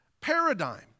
paradigm